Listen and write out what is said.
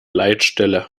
leitstelle